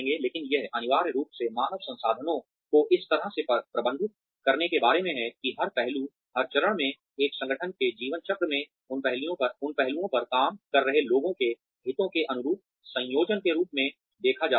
लेकिन यह अनिवार्य रूप से मानव संसाधनों को इस तरह से प्रबंधित करने के बारे में है कि हर पहलू हर चरण में एक संगठन के जीवन चक्र में उन पहलुओं पर काम कर रहे लोगों के हितों के अनुरूप संयोजन के रूप में देखा जाता है